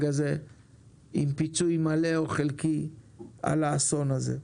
הזה עם פיצוי מלא או חלקי על האסון הזה.